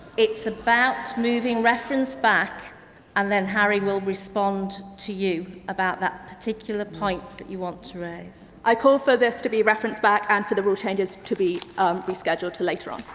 it's about moving reference back and then harry will respond to you about that particular point that you want to raise. i call for this to be referenced back and for the rule changes to be um be scheduled for later on.